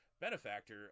benefactor